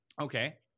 Okay